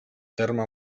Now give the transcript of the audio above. terme